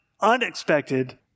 unexpected